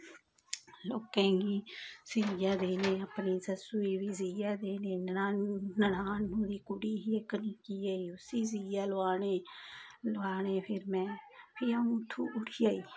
लोकें गी सीयै देने अपनी सस्सू ई बी सीयै देने अपनी ननानू ई ननान दी कुड़ी ही इक नि'क्की जेही उसी सीयै लोआने लोआने फिर में फिर अ'ऊं उ'त्थुं उठी आई